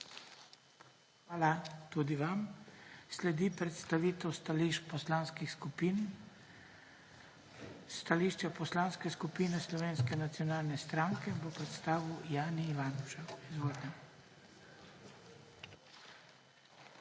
Hvala tudi vam. Sledi predstavitev stališč poslanskih skupin. Stališče Poslanske skupine Slovenske nacionalne stranke bo predstavil Jani Ivanuša. JANI